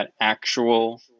actual